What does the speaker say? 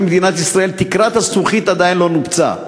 במדינת ישראל תקרת הזכוכית עדיין לא נופצה.